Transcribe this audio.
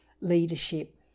leadership